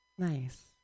Nice